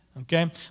Okay